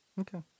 Okay